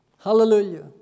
Hallelujah